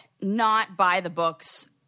not-by-the-books